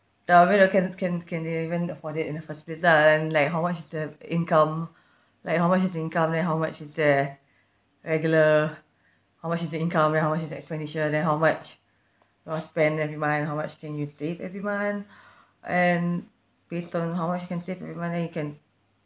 no I mean uh can can can they even afford it in the first place lah and like how much is the income like how much is income then how much is their regular how much is the income then how much is the expenditure then how much you know spend every month how much can you save every month and based on how much you can save every month then you can